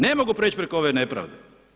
Ne mogu preći preko ove nepravde.